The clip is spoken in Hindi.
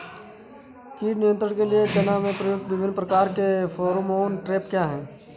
कीट नियंत्रण के लिए चना में प्रयुक्त विभिन्न प्रकार के फेरोमोन ट्रैप क्या है?